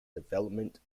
development